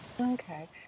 Okay